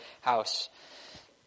house